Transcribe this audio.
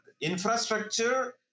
infrastructure